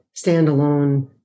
standalone